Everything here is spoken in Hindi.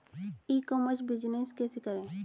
ई कॉमर्स बिजनेस कैसे करें?